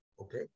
okay